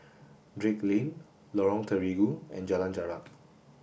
Drake Lane Lorong Terigu and Jalan Jarak